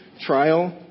trial